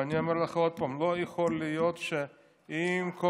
ואני אומר לך עוד פעם: לא יכול להיות שעם כל